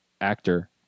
actor